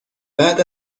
بعد